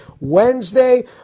Wednesday